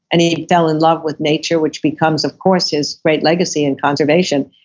and he fell in love with nature which becomes of course, his great legacy in conservation.